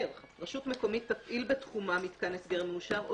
אומר: רשות מקומית תפעיל בתחומה מתקן הסגר מאושר או